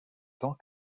tant